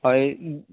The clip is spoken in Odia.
ହଉ